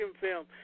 film